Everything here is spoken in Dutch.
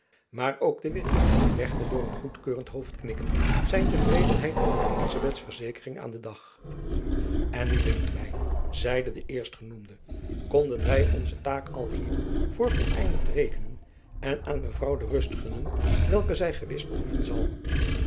maar ook de witt legde door een goedkeurend hoofdknikken zijn tevredenheid over elizabeths verzekering aan den dag en nu dunkt my zeide de eerstgenoemde konden wy onze taak alhier voor voleindigd rekenen en aan mevrouw de rust gunnen welke zy gewis behoeven zal